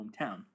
hometown